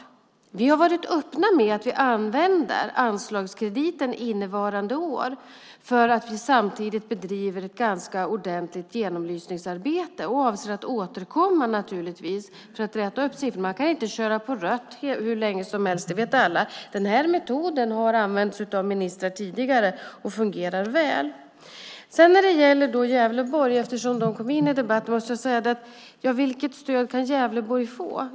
Vi har varit öppna om att vi använder anslagskrediten innevarande år eftersom vi samtidigt bedriver ett ganska ordentligt genomlysningsarbete. Naturligtvis avser vi att återkomma för att räta upp när det gäller siffrorna. Man kan ju inte hur länge som helst köra på rött; det vet alla. Den här metoden har tidigare använts av ministrar och fungerar väl. Eftersom Gävleborg kom in i debatten måste jag säga följande. Vilket stöd kan Gävleborg få?